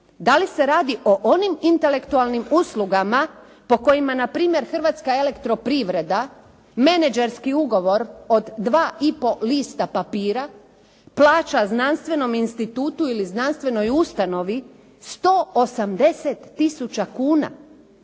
Da li se radi o onim intelektualnim uslugama po kojima npr. Hrvatska elektroprivreda menadžerski ugovor od 2,5 lista papira plaća znanstvenom institutu ili znanstvenoj ustanovi 180 tisuća kuna